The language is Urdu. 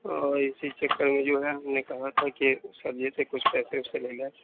اور اِسی چکر میں جو ہے ہم نے کہا تھا کہ سر جی سے کچھ پیسے ویسے لے لیں